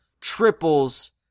triples